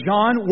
John